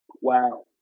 Wow